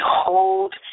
behold